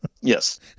Yes